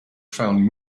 found